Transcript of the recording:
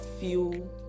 feel